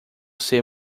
ser